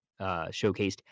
showcased